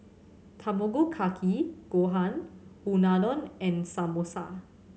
Tamago Kake Gohan Unadon and Samosa